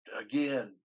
again